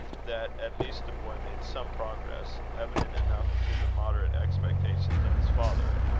that at least the boy made some progress evident enough to the moderate expectations of his father.